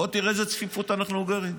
בוא תראה באיזו צפיפות אנחנו גרים.